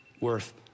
worth